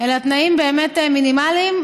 אלא התנאים באמת מינימליים,